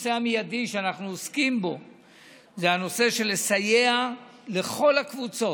הנושא המיידי שאנחנו עוסקים בו הוא הסיוע לכל הקבוצות,